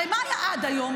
הרי מה היה עד היום?